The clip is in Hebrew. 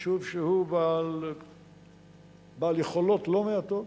יישוב שהוא בעל יכולות לא מעטות,